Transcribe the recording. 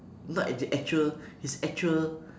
not as the actual his actual